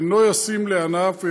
אינו ישים לענף,